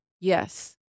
yes